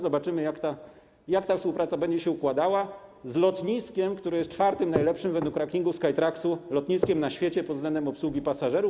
Zobaczymy, jak ta współpraca będzie się układała - z lotniskiem, które jest czwartym najlepszym według rankingu Skytraksu lotniskiem na świecie pod względem obsługi pasażerów.